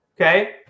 Okay